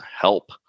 help